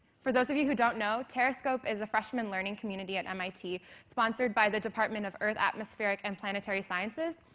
for those of you who don't know, terrascope is a freshman learning community at mit sponsored by the department of earth atmospheric and planetary sciences,